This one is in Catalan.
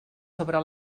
sobre